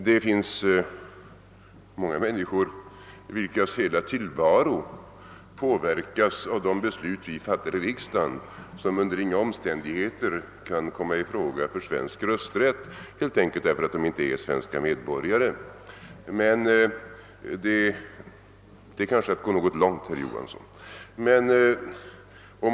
Det finns många människor vilkas hela tillvaro påverkas av de beslut vi fattar i riksdagen men som under inga omständigheter kan komma i fråga för svensk rösträtt, helt enkelt därför att de inte är svenska medborgare. Det är kanske att gå något långt, herr Johansson i Trollhättan.